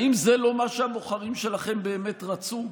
האם זה לא מה שהבוחרים שלכם באמת רצו?